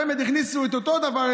חמ"ד הכניסו את אותו הדבר,